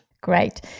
Great